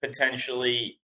potentially